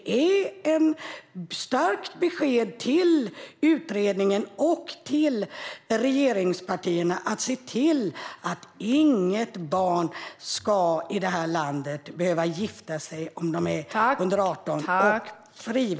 Det är ett starkt besked till utredningen och regeringspartierna att se till att inget barn under 18 år i detta land ska behöva gifta sig.